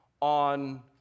on